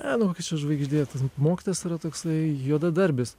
anokia čia žvaigždė tas mokytojas yra toksai juodadarbis